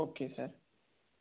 okay sir